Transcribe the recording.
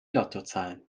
lottozahlen